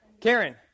Karen